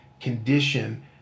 condition